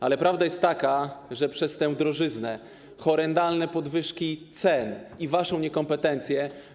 Ale prawda jest taka, że przez tę drożyznę, horrendalne podwyżki cen i waszą niekompetencję.